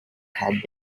had